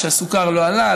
שהסוכר לא עלה,